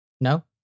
No